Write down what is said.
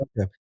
Okay